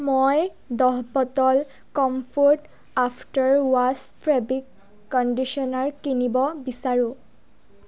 মই দহ bottle comfort after wash fabric conditioner কিনিব বিচাৰোঁ